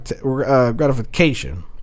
gratification